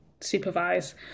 supervise